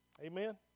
Amen